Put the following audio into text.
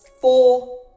four